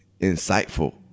insightful